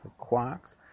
quarks